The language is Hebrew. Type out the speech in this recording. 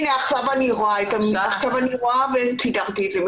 לחילופין או בנוסף וזה לא